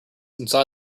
inside